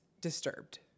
disturbed